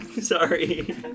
Sorry